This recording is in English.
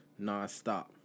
nonstop